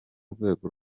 rwego